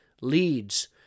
leads